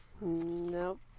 Nope